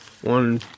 One